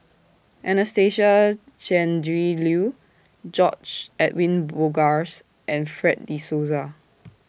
Anastasia Tjendri Liew George Edwin Bogaars and Fred De Souza